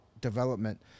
Development